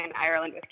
Ireland